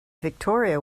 victoria